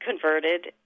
converted